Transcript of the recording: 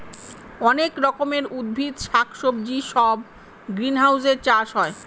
অনেক রকমের উদ্ভিদ শাক সবজি সব গ্রিনহাউসে চাষ হয়